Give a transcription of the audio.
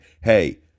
hey